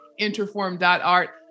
interform.art